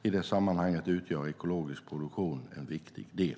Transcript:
I det sammanhanget utgör ekologisk produktion en viktig del.